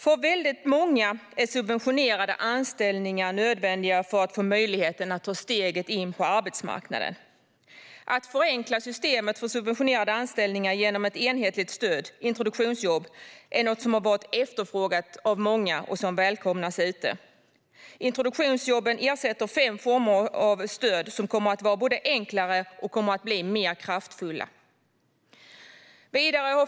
För väldigt många är subventionerade anställningar nödvändiga för att de ska få möjlighet att ta steget in på arbetsmarknaden. Att förenkla systemet för subventionerade anställningar genom ett enhetligt stöd - introduktionsjobb - är något som varit efterfrågat av många och något som välkomnas. Introduktionsjobben ersätter fem former av stöd och kommer både att vara enklare och bli mer kraftfulla.